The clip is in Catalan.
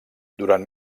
durant